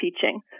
teaching